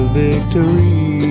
victory